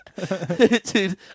Dude